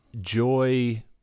joy